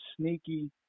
sneaky